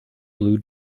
blue